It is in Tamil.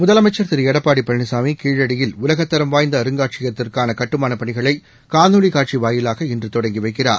முதலமைச்சர் திருளடப்பாடிபழனிசாமிகீழடியில் உலகத்தரம் வாய்ந்தஅருங்காட்சியகத்துக்கானகட்டுமானப் பணிகளைகாணொலிகாட்சிவாயிலாக இன்றுதொடங்கிவைக்கிறார்